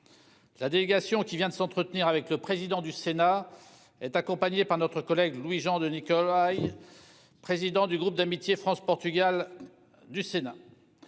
La délégation qui vient de s'entretenir avec le président du Sénat est accompagné par notre collègue Louis-Jean de Nicolaï. Président du groupe d'amitié France-Portugal. Du Sénat.